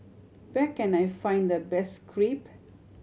where can I find the best Crepe